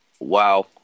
Wow